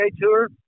Tour